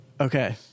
Okay